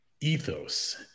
ethos